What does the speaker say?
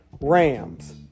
Rams